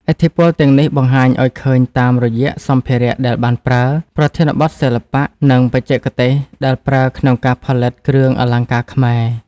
ឥទ្ធិពលទាំងនេះបង្ហាញឱ្យឃើញតាមរយៈសម្ភារៈដែលបានប្រើ ប្រធានបទសិល្បៈ និងបច្ចេកទេសដែលប្រើក្នុងការផលិតគ្រឿងអលង្ការខ្មែរ។